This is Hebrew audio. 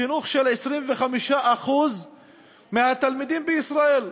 חינוך של 25% מהתלמידים בישראל,